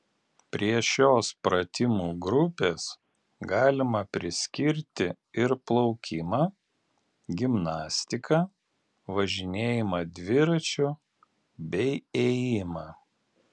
prie šios pratimų grupės galima priskirti ir plaukimą gimnastiką važinėjimą dviračiu bei ėjimą